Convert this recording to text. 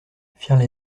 firent